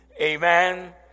Amen